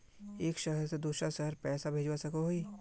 एक शहर से दूसरा शहर पैसा भेजवा सकोहो ही?